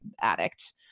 addict